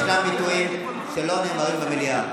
ישנם ביטויים שלא נאמרים במליאה.